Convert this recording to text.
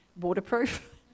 waterproof